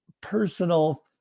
personal